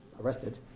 arrested